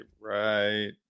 right